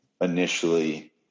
initially